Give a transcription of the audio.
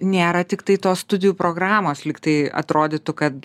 nėra tiktai tos studijų programos lyg tai atrodytų kad